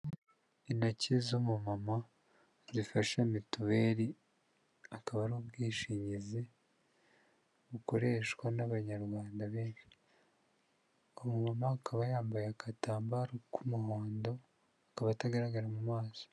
Intoki z'umu mama zifashe mituweli akaba ari ubwishingizi bukoreshwa n'abanyarwanda benshi, uwo mu mama akaba yambaye agatambaro k'umuhondo akaba atagaragara mu maso.